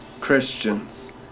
Christians